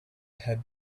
had